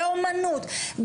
באומנות,